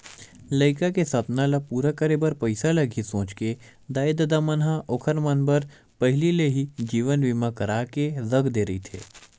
लइका के सपना ल पूरा करे बर पइसा लगही सोच के दाई ददा मन ह ओखर मन बर पहिली ले ही जीवन बीमा करा के रख दे रहिथे